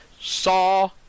saw